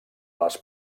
les